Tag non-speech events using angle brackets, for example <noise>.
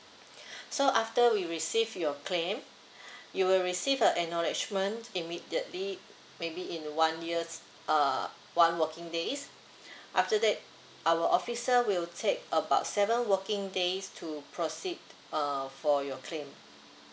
<breath> so after we received your claim you will receive a acknowledgement immediately maybe in one year's uh one working days after that our officer will take about seven working days to proceed uh for your claim